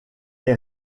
est